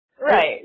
Right